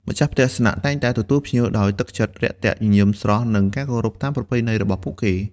ម្ចាស់ផ្ទះស្នាក់តែងតែទទួលភ្ញៀវដោយទឹកចិត្ត រាក់ទាក់ ញញឹមស្រស់ និងការគោរពតាមប្រពៃណីរបស់ពួកគេ។